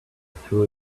threw